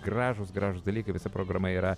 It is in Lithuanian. gražūs gražūs dalykai visa programa yra